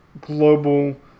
global